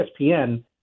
ESPN